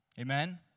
Amen